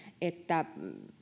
että